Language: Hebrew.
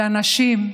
לנשים,